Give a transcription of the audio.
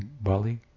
Bali